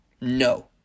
no